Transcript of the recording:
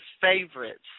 favorites